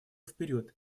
вперед